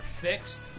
fixed